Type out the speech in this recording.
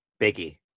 Biggie